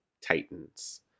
titans